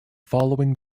following